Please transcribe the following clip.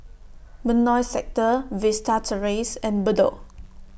Benoi Sector Vista Terrace and Bedok